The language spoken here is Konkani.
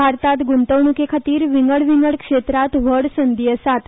भारतांत गुंतवणुके खातीर विंगड विंगड क्षेत्रांत व्हड संदी आसात